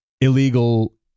illegal